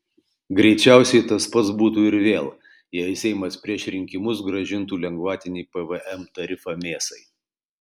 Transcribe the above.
greičiausiai tas pats būtų ir vėl jei seimas prieš rinkimus grąžintų lengvatinį pvm tarifą mėsai